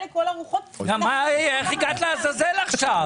ולכל הרוחות --- איך הגעת לעזאזל עכשיו?